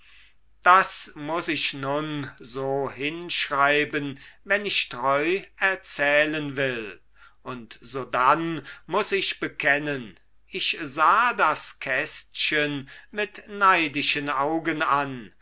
das muß ich nun so hinschreiben wenn ich treu erzählen will und sodann muß ich bekennen ich sah das kästchen mit neidischen augen an